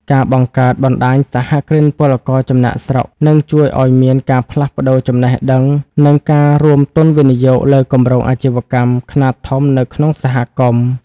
ការបង្កើត "បណ្ដាញសហគ្រិនពលករចំណាកស្រុក" នឹងជួយឱ្យមានការផ្លាស់ប្តូរចំណេះដឹង និងការរួមទុនវិនិយោគលើគម្រោងអាជីវកម្មខ្នាតធំនៅក្នុងសហគមន៍។